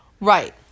Right